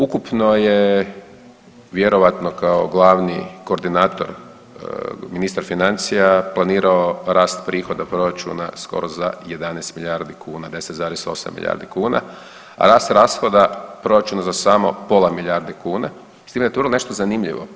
Ukupno je vjerojatno kao glavni koordinator ministar financija planirao rast prihoda proračuna skoro za 11 milijardi kuna, 10,8 milijardi kuna, a rast rashoda proračuna za samo pola milijarde kuna, s time, tu je nešto zanimljivo.